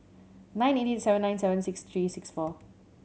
nine eight eight seven nine seven six three six four